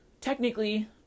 technically